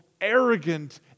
arrogant